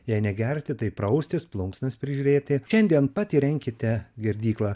jei negerti tai praustis plunksnas prižiūrėti šiandien pat įrenkite girdyklą